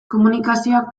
komunikazioak